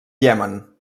iemen